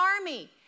army